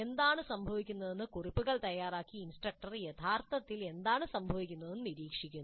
എന്താണ് സംഭവിക്കുന്നതെന്ന് കുറിപ്പുകൾ തയ്യാറാക്കി ഇൻസ്ട്രക്ടർ യഥാർത്ഥത്തിൽ എന്താണ് സംഭവിക്കുന്നതെന്ന് നിരീക്ഷിക്കുന്നു